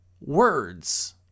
words